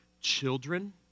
children